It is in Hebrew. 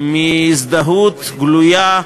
מהזדהות גלויה,